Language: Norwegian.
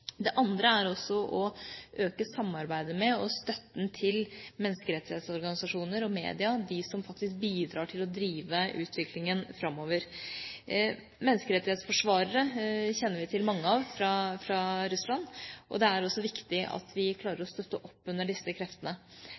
andre er å øke samarbeidet med og støtten til menneskerettighetsorganisasjoner og media, de som faktisk bidrar til å drive utviklingen framover. Menneskerettighetsforsvarere kjenner vi mange av fra Russland, og det er også viktig at vi klarer å støtte opp under disse kreftene.